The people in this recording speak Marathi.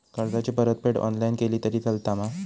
कर्जाची परतफेड ऑनलाइन केली तरी चलता मा?